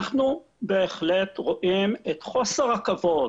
אנחנו בהחלט רואים את חוסר הכבוד,